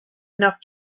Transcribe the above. enough